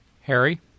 Harry